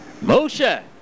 Moshe